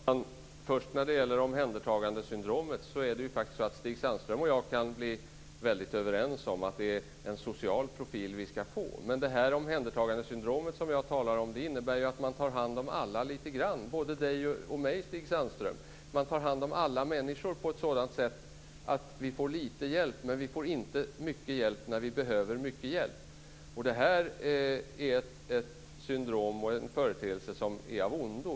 Fru talman! När det först gäller omhändertagandesyndromet kan Stig Sandström och jag faktiskt bli väldigt överens om att det skall bli en social profil. Det omhändertagandesyndrom som jag talar om innebär att man tar hand om alla litet grand, t.ex. oss båda, Stig Sandström. Man tar hand om alla människor på ett sådant sätt att de får litet hjälp men inte får mycket hjälp när de behöver mycket hjälp. Detta är en företeelse som är av ondo.